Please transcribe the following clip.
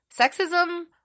sexism